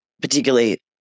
particularly